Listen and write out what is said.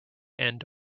end